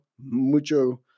mucho